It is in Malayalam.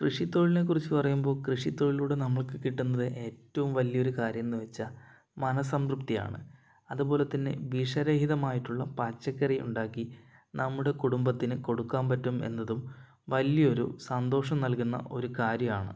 കൃഷിത്തൊഴിലിനെ കുറിച്ച് പറയുമ്പോൾ കൃഷിത്തൊഴിലിലൂടെ നമ്മൾക്ക് കിട്ടുന്നത് ഏറ്റവും വലിയൊരു കാര്യം എന്ന് വെച്ചാൽ മനഃസംതൃപ്തിയാണ് അതുപോലെതന്നെ വിഷ രഹിതമായിട്ടുള്ള പച്ചക്കറി ഉണ്ടാക്കി നമ്മുടെ കുടുംബത്തിന് കൊടുക്കാൻ പറ്റും എന്നതും വലിയ ഒരു സന്തോഷം നൽകുന്ന ഒരു കാര്യമാണ്